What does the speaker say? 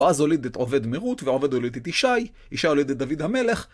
בועז הוליד את עובד מרות, ועובד הוליד את ישי, ישי הוליד את דוד המלך.